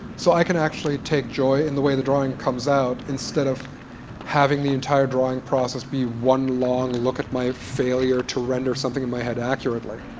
so i can actually take joy in the way the drawing comes out instead of having the entire drawing process be one long look at my failure to render something in my head accurately.